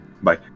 bye